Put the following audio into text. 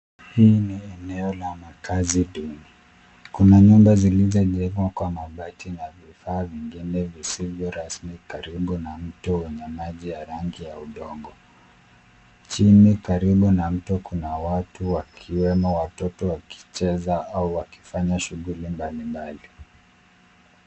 Hii ni eneo la makaazi duni. Kuna nyumba zilizojengwa kwa mabati na vifaa vingine visivyo rasmi karibu na mto wenye rangi ya udongo. Chini karibu na mto kuna watu wakiwemo watoto wakicheza au wakifanya shughuli mbalimbali.